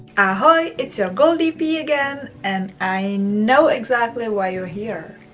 ahoy! it's your gurl dp again and i know exactly why you're here.